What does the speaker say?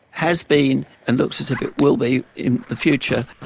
has been, and looks as if it will be in the future,